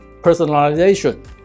personalization